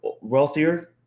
wealthier